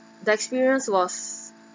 the experience was